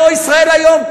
לא "ישראל היום",